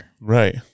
Right